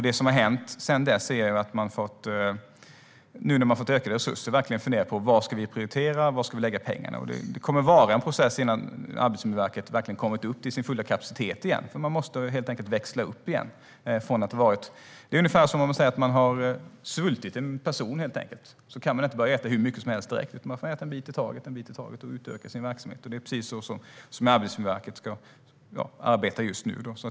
Det som har hänt sedan dess är att man nu när man har fått ökade resurser verkligen funderar på vad man ska prioritera och vad man ska lägga pengarna på. Det kommer att vara en process innan Arbetsmiljöverket verkligen har kommit upp till sin fulla kapacitet, för man måste helt enkelt växla upp igen. Det är ungefär som att en person som har svultit inte kan börja äta hur mycket som helst utan får äta en bit i taget. Det är precis så Arbetsmiljöverket ska arbeta för att utöka sin verksamhet just nu.